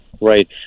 Right